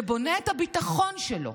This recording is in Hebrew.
שבונה את הביטחון שלו,